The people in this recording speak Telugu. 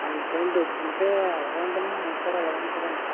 అంతే డబ్బుంటే అలాగే ఉంటుంది మనక్కూడా అలాగే ఉంటుందింక